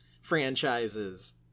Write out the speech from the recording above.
franchises